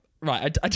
Right